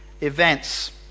events